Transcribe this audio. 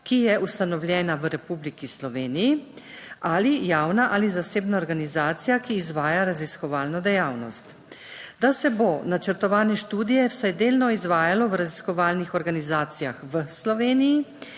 ki je ustanovljena v Republiki Sloveniji. Ali javna ali zasebna organizacija, ki izvaja raziskovalno dejavnost, da se bo načrtovane študije vsaj delno izvajalo v raziskovalnih organizacijah v Sloveniji?